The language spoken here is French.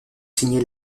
signé